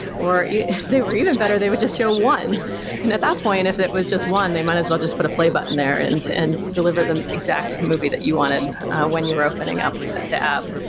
or if they were even better, they would just show one and at that point if it was just one, they might as well just put a play button there and and deliver the exact movie that you wanted when you were opening up the the app.